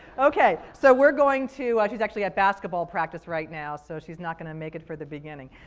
okay, so we're going to she's actually at basketball practice right now, so she's not going to make it for the beginning.